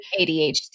ADHD